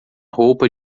roupa